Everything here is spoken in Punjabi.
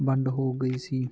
ਵੰਡ ਹੋ ਗਈ ਸੀ